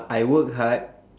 I work hard